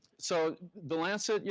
so the lancet, yeah